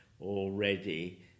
already